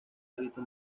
perito